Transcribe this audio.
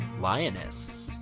Lioness